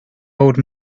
old